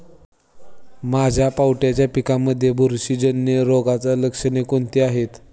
माझ्या पावट्याच्या पिकांमध्ये बुरशीजन्य रोगाची लक्षणे कोणती आहेत?